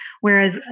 whereas